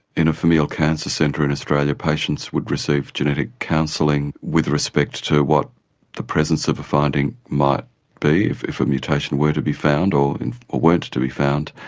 in a familial cancer centre in australia, patients would receive genetic counselling with respect to what the presence of a finding might be, if if a mutation were to be found or and weren't to be found,